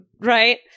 Right